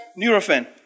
Neurofen